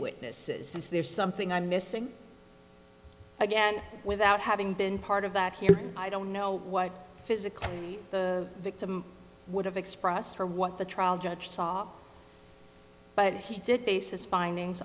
witnesses is there something i'm missing again without having been part of that here i don't know what physically the victim would have expressed her what the trial judge saw but he did bases findings